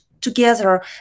together